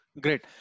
Great